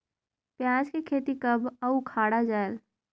पियाज के खेती कब अउ उखाड़ा जायेल?